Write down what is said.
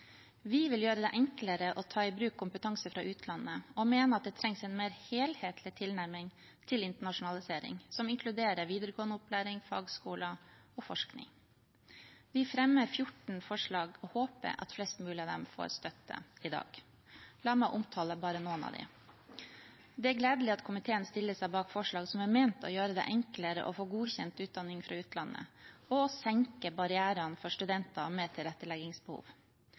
Vi vil gjøre det enklere å ta i bruk kompetanse fra utlandet og mener at det trengs en mer helhetlig tilnærming til internasjonalisering, som inkluderer videregående opplæring, fagskoler og forskning. Vi fremmer 14 forslag og håper at flest mulig av dem får støtte i dag. La meg omtale bare noen av dem: Det er gledelig at komiteen stiller seg bak forslag som er ment å gjøre det enklere å få godkjent utdanning fra utlandet, og å senke barrierene for studenter med tilretteleggingsbehov.